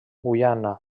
guyana